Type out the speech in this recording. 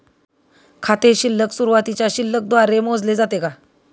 खाते शिल्लक सुरुवातीच्या शिल्लक द्वारे मोजले जाते का?